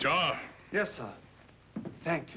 job yes thank